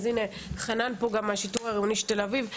הנה, חנן פה גם מהשיטור העירוני של תל אביב.